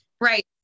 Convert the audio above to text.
right